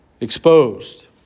exposed